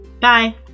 Bye